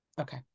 okay